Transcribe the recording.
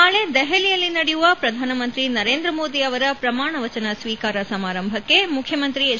ನಾಳಿ ದೆಹಲಿಯಲ್ಲಿ ನಡೆಯುವ ಪ್ರಧಾನಮಂತ್ರಿ ನರೇಂದ್ರ ಮೋದಿ ಅವರ ಪ್ರಮಾಣವಚನ ಸ್ವೀಕಾರ ಸಮಾರಂಭಕ್ಕೆ ಮುಖ್ಯಮಂತ್ರಿ ಎಚ್